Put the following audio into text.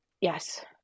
Yes